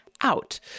out